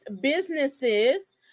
businesses